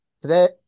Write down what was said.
today